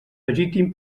legítim